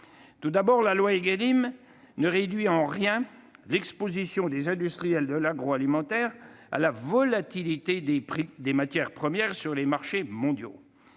Tout d'abord, la loi Égalim ne réduit en rien l'exposition des industriels de l'agroalimentaire à la volatilité des prix des matières premières sur les marchés mondiaux.